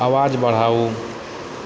आवाज बढ़ाउ